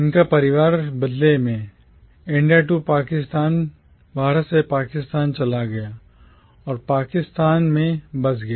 उनका परिवार बदले में India to Pakistan भारत से पाकिस्तान चला गया और Pakistan पाकिस्तान में बस गया